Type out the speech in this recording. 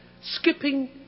Skipping